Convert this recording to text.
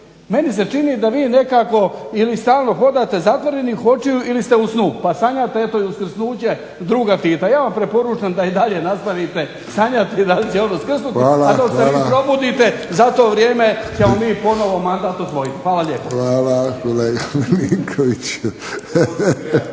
Meni se čini da vi nekako ili stalno hodate zatvorenih očiju ili ste u snu, pa sanjate eto i uskrsnuće druga Tita. Ja vam preporučam da i dalje nastavite sanjati, da će on uskrsnuti, a dok se vi probudite, za to vrijeme ćemo mi ponovo mandat osvojiti. Hvala lijepo. **Friščić,